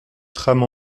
trame